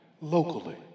locally